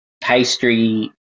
pastry